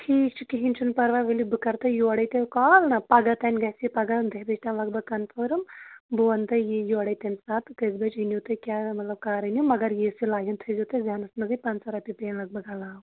ٹھیٖک چھُ کِہیٖنۍ چھُنہٕ پَرواے ؤلِو بہٕ کَرٕ تۄہہِ یوڑے تیٚلہِ کال نا پگاہ تانۍ گژھِ پگاہ دٔہ بَجہِ تام لگ بگ کَنفٲرٕم بہٕ وَنہٕ تۄہہِ یہِ یورے تمہِ ساتہٕ کٔژِ بَجہِ اِنو تُہۍ کیٛاہ مطلب کَرٕنۍ یِم مگر یی سِلاین تھٲے زیو تُہۍ زنَس منٛزٕے پنٛژاہ رۄپیہِ پیٚیَنَ لگ بگ عَلاوٕ